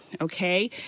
okay